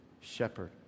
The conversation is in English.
shepherd